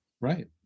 right